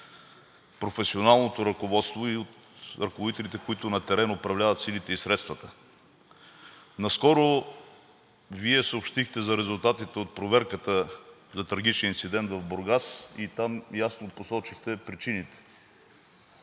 професионалното ръководство и от ръководителите, които на терен управляват силите и средствата. Наскоро Вие съобщихте за резултатите от проверката за трагичния инцидент в Бургас и там ясно посочихте причините.